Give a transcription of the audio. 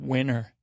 Winner